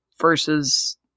versus